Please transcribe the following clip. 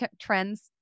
trends